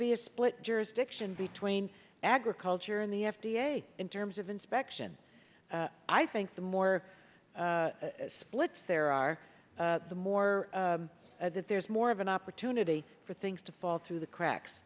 be a split jurisdiction between agriculture and the f d a in terms of inspection i think the more splits there are the more that there's more of an opportunity for things to fall through the cracks